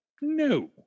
No